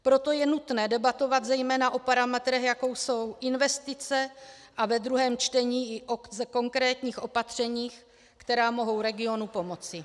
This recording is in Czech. Proto je nutné debatovat zejména o parametrech, jako jsou investice, a ve druhém čtení i o konkrétních opatřeních, která mohou regionu pomoci.